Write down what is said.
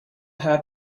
had